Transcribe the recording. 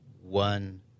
One